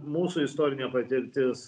mūsų istorinė patirtis